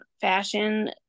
fashion